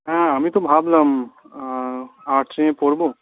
হ্যাঁ আমি তো ভাবলাম আর্টস নিয়ে পড়ব